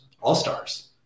All-Stars